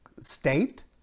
state